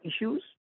issues